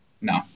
No